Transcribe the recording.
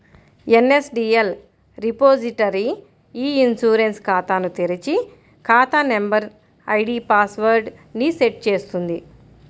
NSDL repository e insurance ఖాతాను తెరిచి, ఖాతా నంబర్, ID pass word set చేస్తుంది